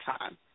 time